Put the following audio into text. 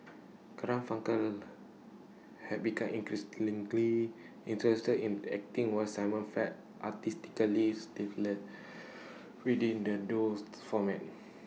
Garfunkel had become interested in acting while simon felt artistically stifled within the duos format